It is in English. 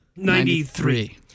Ninety-three